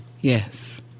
yes